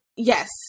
Yes